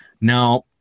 Now